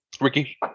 Ricky